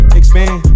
expand